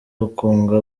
ukunga